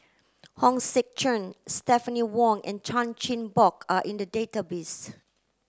Hong Sek Chern Stephanie Wong and Chan Chin Bock are in the database